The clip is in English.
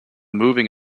moving